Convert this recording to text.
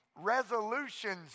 resolutions